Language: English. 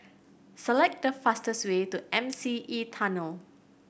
select the fastest way to M C E Tunnel